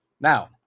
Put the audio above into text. Now